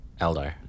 Eldar